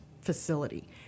facility